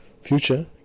Future